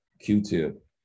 Q-Tip